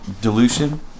dilution